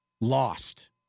Lost